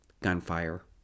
gunfire